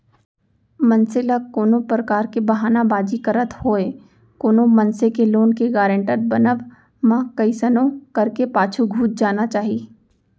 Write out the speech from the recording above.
मनसे ल कोनो परकार के बहाना बाजी करत होय कोनो मनसे के लोन के गारेंटर बनब म कइसनो करके पाछू घुंच जाना चाही